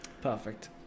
Perfect